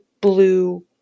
blue